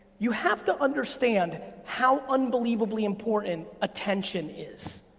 you have to understand how unbelievably important attention is.